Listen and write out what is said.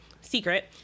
secret